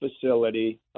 facility